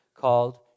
called